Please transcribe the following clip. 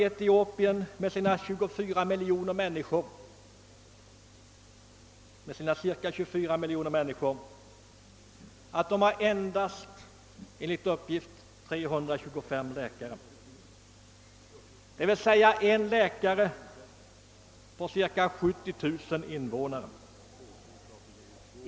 Etiopien med sina cirka 24 miljoner människor har enligt uppgift endast 325 läkare, d.v.s. en läkare på cirka 70 000 invånare.